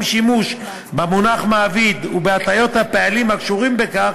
שימוש במונח "מעביד" ובהטיות הפעלים הקשורים בכך,